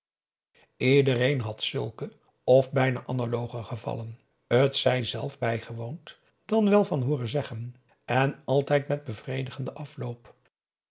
iedereen had zulke of bijna analoge gevallen t zij zelf bijgewoond dan wel van hooren zeggen en altijd met bevredigenden afloop